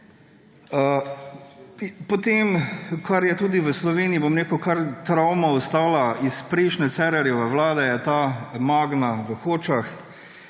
Potem, kar je tudi v Sloveniji, bom rekel, kar travma ostala iz prejšnje Cerarjeve vlade, je ta Magna v Hočah,